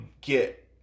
get